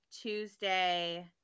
Tuesday